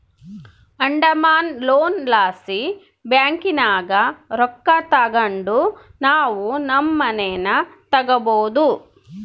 ಅಡಮಾನ ಲೋನ್ ಲಾಸಿ ಬ್ಯಾಂಕಿನಾಗ ರೊಕ್ಕ ತಗಂಡು ನಾವು ನಮ್ ಮನೇನ ತಗಬೋದು